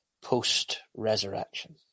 post-resurrection